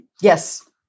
Yes